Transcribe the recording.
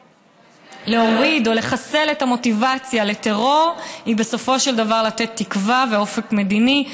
להוריד או לחסל את המוטיבציה לטרור היא לתת תקווה ואופק מדיני.